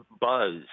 buzz